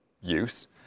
use